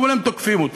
אבל הם תוקפים אותו,